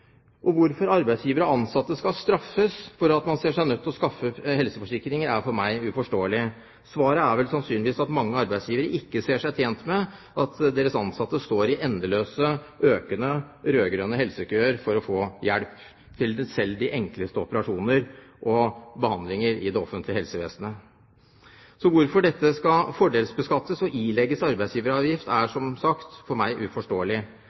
ansatte. Hvorfor arbeidsgivere og ansatte skal straffes for at man ser seg nødt til å skaffe helseforsikringer, er for meg uforståelig. Svaret er vel sannsynligvis at mange arbeidsgivere ikke ser seg tjent med at deres ansatte står i endeløse, økende rød-grønne helsekøer for å få hjelp til selv de enkleste operasjoner og behandlinger i det offentlige helsevesenet. Hvorfor dette skal fordelsbeskattes og ilegges arbeidsgiveravgift, er som sagt uforståelig for meg.